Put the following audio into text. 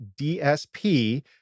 DSP